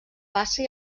bassa